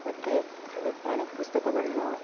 ಮತ್ತು ಎಲೆಕ್ಟ್ರಾನಿಕ್ ಪುಸ್ತಕಗಳನ್ನ